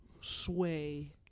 sway